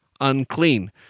unclean